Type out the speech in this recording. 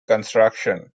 construction